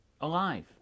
alive